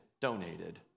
donated